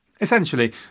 Essentially